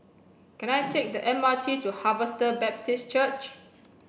can I take the M R T to Harvester Baptist Church